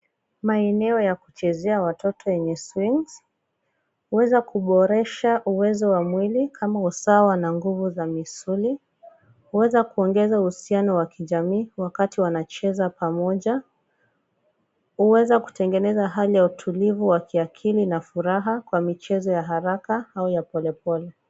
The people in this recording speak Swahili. Maeneo ya kuchezea watoto yenye swings kuweza kuboresha uwezo wa mwili kama usawa na nguvu za misuli, kuweza kuongeza uhusiano wa kijamii, wakati wanacheza pamoma, huweza kutengeza hali ya utulivu wa kiakili na furaha kwa michezo ya haraka au ya polepole.